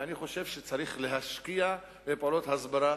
ואני חושב שצריך להשקיע בפעולות הסברה